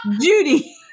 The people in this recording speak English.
Judy